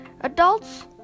Adults